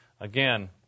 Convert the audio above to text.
Again